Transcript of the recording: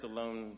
alone